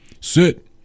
sit